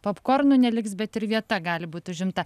popkornų neliks bet ir vieta gali būti užimta